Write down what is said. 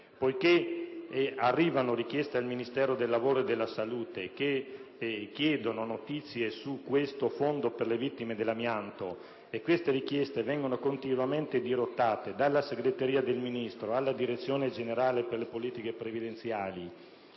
Poiché arrivano richieste al Ministero del lavoro e della salute per avere notizie sul Fondo per le vittime dell'amianto e queste richieste vengono continuamente dirottate dalla segreteria del Ministro alla Direzione generale per le politiche previdenziali,